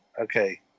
okay